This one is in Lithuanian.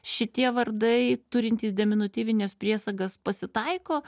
šitie vardai turintys deminutyvines priesagas pasitaiko